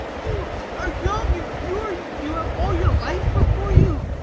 you are young and pure you have all your life before you,